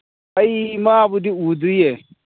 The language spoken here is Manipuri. ꯑꯩ ꯃꯥꯕꯨꯗꯤ ꯎꯗ꯭ꯔꯤꯌꯦ